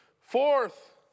Fourth